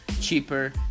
cheaper